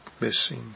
missing